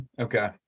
Okay